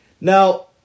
Now